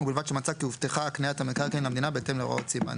ובלבד שמצא כי הובטחה הקניית המקרקעין למדינה בהתאם להוראות סימן